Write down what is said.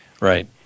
Right